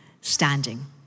standing